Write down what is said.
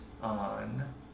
on